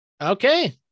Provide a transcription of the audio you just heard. Okay